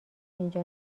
اینجا